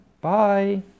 Bye